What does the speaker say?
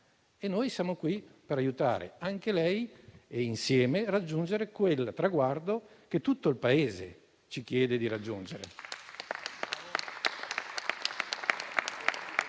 e noi siamo qui per aiutare anche lei e raggiungere insieme quel traguardo che tutto il Paese ci chiede di raggiungere.